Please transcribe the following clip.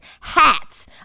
Hats